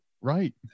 right